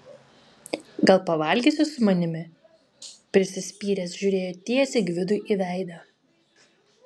gal pavalgysi su manimi prisispyręs žiūrėjo tiesiai gvidui į veidą